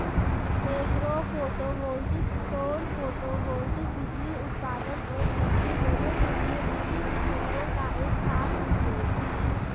agro photovoltaic सौर photovoltaic बिजली उत्पादन और कृषि दोनों के लिए भूमि के क्षेत्रों का एक साथ उपयोग है